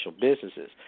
businesses